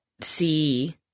see